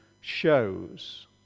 shows